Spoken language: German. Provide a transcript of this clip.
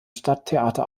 stadttheater